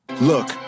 Look